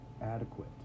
adequate